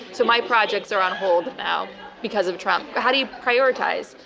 so my projects are on hold now because of trump. how do you prioritize?